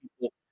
people